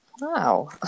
Wow